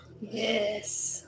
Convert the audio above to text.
Yes